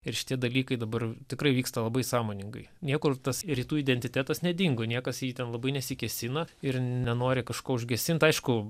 ir šitie dalykai dabar tikrai vyksta labai sąmoningai niekur tas rytų identitetas nedingo niekas į jį ten labai nesikėsina ir nenori kažko užgesint aišku